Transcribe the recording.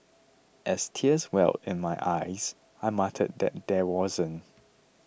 as tears welled in my eyes I muttered that there wasn't